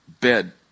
bed